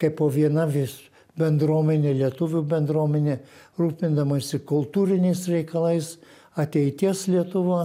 kaip po viena vis bendruomenė lietuvių bendruomenė rūpindamasi kultūriniais reikalais ateities lietuva